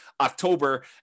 October